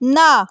না